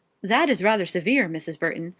that is rather severe, mrs. burton,